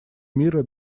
мира